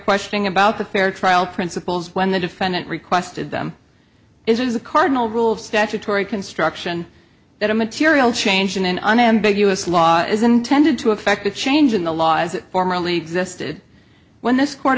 questioning about the fair trial principles when the defendant requested them is a cardinal rule of statutory construction that a material change in an unambiguous law is intended to effect a change in the law as it formerly existed when this court